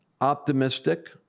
optimistic